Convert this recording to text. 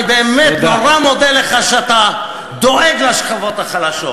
אני באמת נורא מודה לך שאתה דואג לשכבות החלשות.